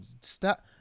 stop